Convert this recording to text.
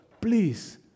please